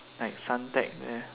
like Suntec there